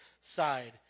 side